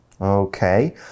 Okay